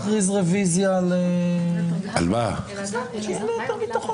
אני מציע שתכריז רביזיה ליתר ביטחון.